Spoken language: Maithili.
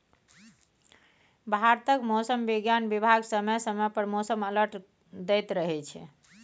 भारतक मौसम बिज्ञान बिभाग समय समय पर मौसम अलर्ट दैत रहै छै